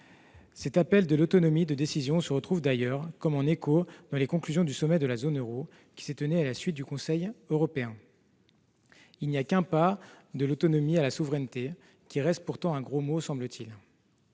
Cet appel à l'autonomie de décision se retrouve d'ailleurs, comme en écho, dans les conclusions du sommet de la zone euro qui s'est tenu à la suite du Conseil européen. Il n'y a qu'un pas de l'autonomie à la souveraineté, qui reste néanmoins un gros mot, semble-t-il.